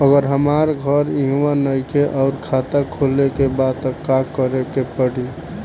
अगर हमार घर इहवा नईखे आउर खाता खोले के बा त का करे के पड़ी?